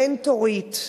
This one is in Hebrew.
מנטורית,